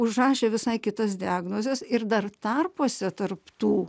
užrašė visai kitas diagnozes ir dar tarpuose tarp tų